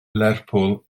lerpwl